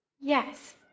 Yes